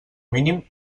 mínim